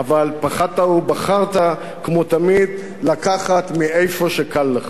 אבל פחדת ובחרת כמו תמיד לקחת מאיפה שקל לך.